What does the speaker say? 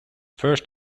first